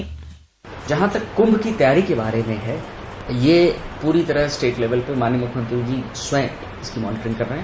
bite जहां तक कुंभ की तैयारी के बारे में है यह पूरी तरह से स्टेट लेवल पर माननीय मुख्यमंत्री जी स्वयं इसकी मॉनिटरिंग कर रहे हैं